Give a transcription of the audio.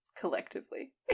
Collectively